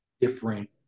different